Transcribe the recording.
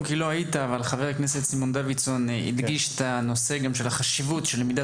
חבר הכנסת סימון דוידסון הדגיש מקודם את הנושא של חשיבות למידת